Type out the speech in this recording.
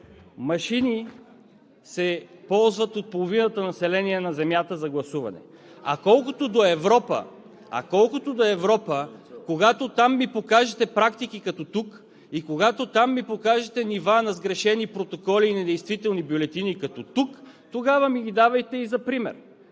гласуване се ползват от половината население на Земята. А колкото до Европа, когато там ми покажете практики като тук и когато там ми покажете нива на сгрешени протоколи и недействителни бюлетини като тук, тогава ми ги давайте за пример!